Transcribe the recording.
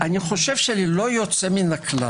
ללא יוצא מן הכלל